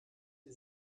die